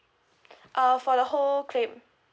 uh for the whole claim